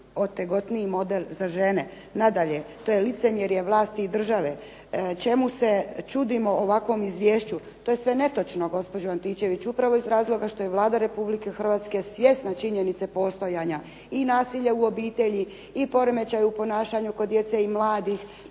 najotegotniji model za žene. Nadalje, to je licemjerje vlasti i države, čemu se čudimo ovakvom izvješću. To je sve netočno gospođo Antičević, upravo iz razloga što je Vlada Republike Hrvatske svjesna činjenice postojanja i nasilja u obitelji i poremećaja u ponašanju kod djece i mladih